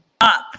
up